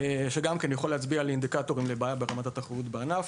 שגם כן יכול להצביע על אינדיקטורים לבעיית התחרות בענף.